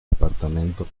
departamento